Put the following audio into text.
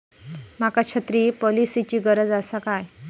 माका छत्री पॉलिसिची गरज आसा काय?